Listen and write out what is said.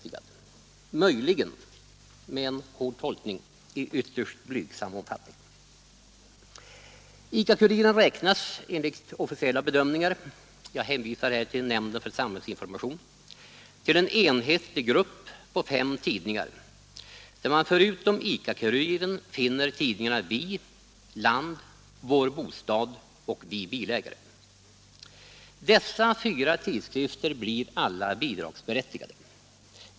ICA-Kuriren räknas enligt officiella bedömningar — jag hänvisar till nämnden för samhällsinformation — till en enhetlig grupp på fem tidningar, där man förutom ICA-Kuriren finner tidningarna Vi, Land, Vår Bostad och Vi Bilägare. Dessa fyra tidskrifter blir alla bidragsberättigade.